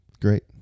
Great